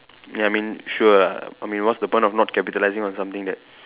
ya I mean sure ah I mean what's the point of not capitalising on something that